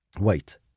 Wait